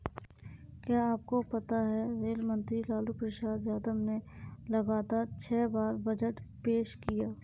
क्या आपको पता है रेल मंत्री लालू प्रसाद यादव ने लगातार छह बार बजट पेश किया?